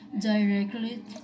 directly